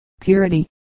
Purity